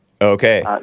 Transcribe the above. Okay